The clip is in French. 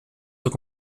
soit